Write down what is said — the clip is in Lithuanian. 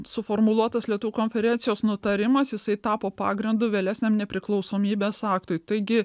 suformuluotas lietuvių konferencijos nutarimas jisai tapo pagrindu vėlesniam nepriklausomybės aktui taigi